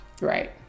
Right